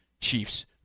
Chiefs